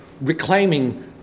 reclaiming